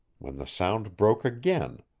when the sound broke again,